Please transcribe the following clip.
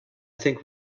think